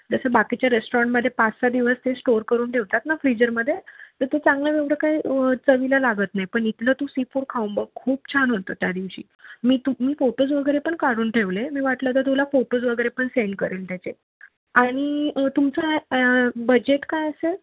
जसं बाकीच्या रेस्टॉरंटमध्ये पाचसहा दिवस ते स्टोअर करून ठेवतात ना फ्रीजरमध्ये तर ते चांगलं एवढं काही चवीला लागत नाही पण इथलं तू सी फोड खाऊ बघ खूप छान होतं त्या दिवशी मी तू मी फोटोज वगैरे पण काढून ठेवले मी वाटलं तर तुला फोटोज वगैरे पण सेंड करेल त्याचे आणि तुमचं बजेट काय असेल